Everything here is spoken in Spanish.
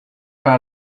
para